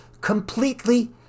completely